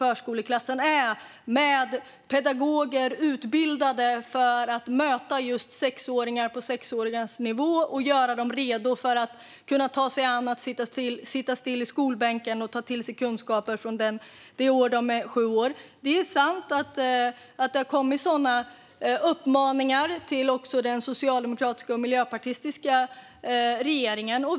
I förskoleklassen finns pedagoger som är utbildade att möta sexåringar på deras nivå och göra dem redo att kunna sitta still i skolbänken och ta till sig kunskap från det år de fyller sju.